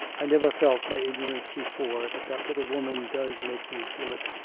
i never felt my ignorance before, but that little woman does make me feel it,